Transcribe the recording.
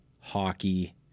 hockey